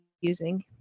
using